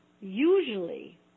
Usually